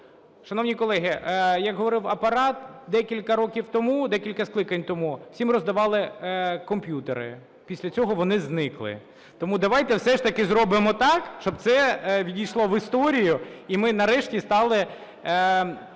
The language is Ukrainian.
Шановні колеги, як говорив Апарат, декілька років тому, декілька скликань тому всім роздавали комп'ютери, після цього вони зникли. Тому давайте все ж таки зробимо так, щоб це увійшло в історію, і ми нарешті стали парламентом,